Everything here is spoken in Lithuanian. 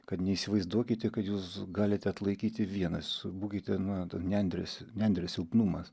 kad neįsivaizduokite kad jūs galite atlaikyti vienas būkite na nendrės nendrės silpnumas